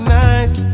nice